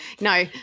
no